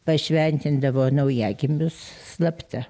pašventindavo naujagimius slapta